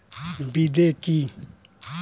বিদে কি?